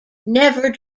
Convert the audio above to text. never